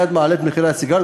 מייד מעלים את מחירי הסיגריות,